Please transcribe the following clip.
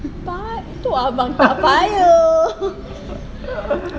pay~ itu abang tak payung